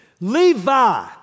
Levi